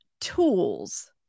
tools